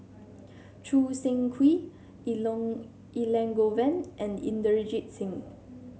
Choo Seng Quee Elangovan and Inderjit Singh